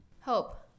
Hope